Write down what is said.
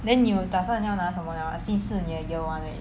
then 你有打算要拿什么样了 mah since 是你的 year one 而已